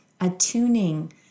attuning